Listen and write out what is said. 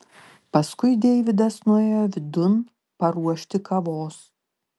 paskui deividas nuėjo vidun paruošti kavos